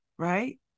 right